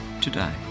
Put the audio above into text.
today